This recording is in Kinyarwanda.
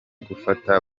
gufata